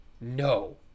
No